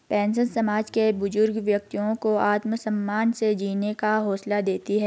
pension समाज के बुजुर्ग व्यक्तियों को आत्मसम्मान से जीने का हौसला देती है